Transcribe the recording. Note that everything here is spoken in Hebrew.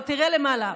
תראה למעלה,